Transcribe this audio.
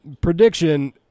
prediction